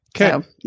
Okay